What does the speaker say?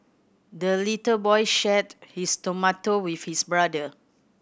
the little boy shared his tomato with his brother